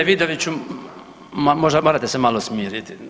G. Vidoviću, možda, morate se malo smiriti.